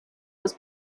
was